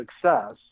success